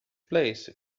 place